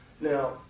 Now